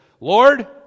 Lord